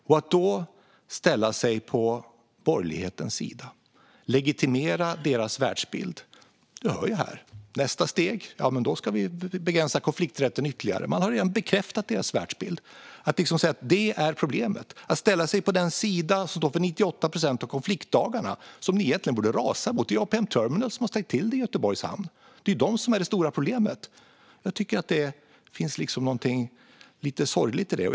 Ska man då ställa sig på borgerlighetens sida och legitimera deras världsbild? Det är det jag hör här. Nästa steg är att begränsa konflikträtten ytterligare. Man har redan bekräftat deras världsbild. Man säger att detta är problemet och ställer sig på den sida som står för 98 procent av konfliktdagarna och som ni egentligen borde rasa mot. Det är ju APM Terminals som har ställt till det i Göteborgs hamn. Det är de som är det stora problemet. Jag tycker att det finns något lite sorgligt i detta.